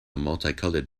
multicolored